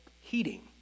heating